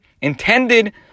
intended